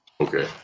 Okay